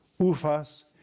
ufas